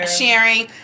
sharing